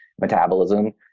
metabolism